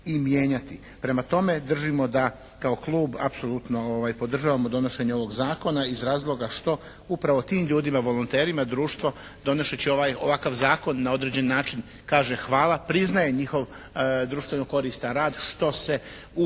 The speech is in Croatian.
Prema tome držimo da kao klub apsolutno podržavamo donošenje ovog zakona iz razloga što upravo tim ljudima volonterima društvo donoseći ovakav zakon na određeni način kaže hvala, priznaje njihov društveno koristan rad što se u